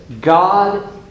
God